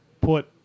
put